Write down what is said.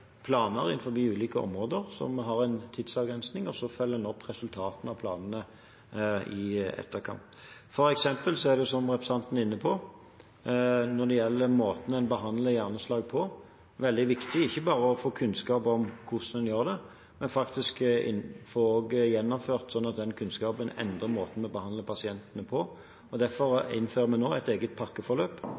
ulike områder som har en tidsavgrensning, og så følger en opp resultatene av planene i etterkant. For eksempel er det, som representanten er inne på, når det gjelder måten en behandler hjerneslag på, veldig viktig ikke bare å få kunnskap om hvordan en gjør det, men faktisk også å få det gjennomført, slik at kunnskapen endrer måten vi behandler pasientene på. Derfor innfører vi nå et eget pakkeforløp